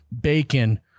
bacon